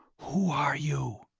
who are you?